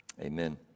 Amen